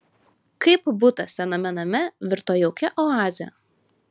kaip butas sename name virto jaukia oaze